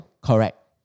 Correct